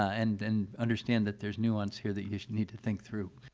and and understand that there's nuance here that you need to think through.